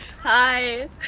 Hi